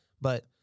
but-